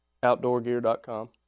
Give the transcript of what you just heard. Outdoorgear.com